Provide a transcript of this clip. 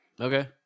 Okay